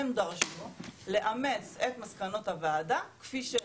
הם דרשו לאמץ את מסקנות הוועדה כפי שהן.